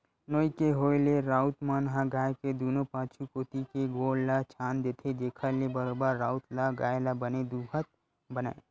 नोई के होय ले राउत मन ह गाय के दूनों पाछू कोती के गोड़ ल छांद देथे, जेखर ले बरोबर राउत ल गाय ल बने दूहत बनय